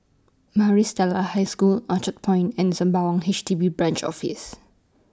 Maris Stella High School Orchard Point and Sembawang H D B Branch Office